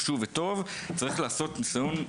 צריך לעשות ניסיון של